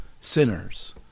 sinners